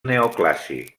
neoclàssic